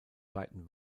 beiden